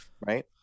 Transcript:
right